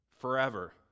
Forever